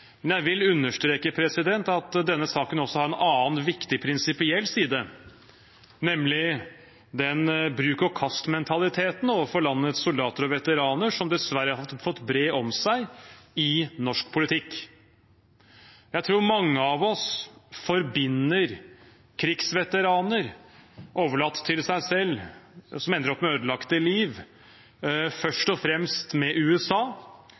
vil understreke at denne saken også har en viktig prinsipiell side, nemlig den bruk-og-kast-mentaliteten overfor landets soldater og veteraner som dessverre har fått bre om seg i norsk politikk. Jeg tror mange av oss først og fremst forbinder krigsveteraner som ender opp med ødelagte liv og overlatt til seg selv, med USA